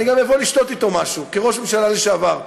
אני גם אבוא לשתות אתו משהו כראש ממשלה לשעבר.